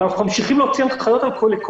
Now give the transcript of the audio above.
אבל אנחנו ממשיכים להוציא הנחיות לגבי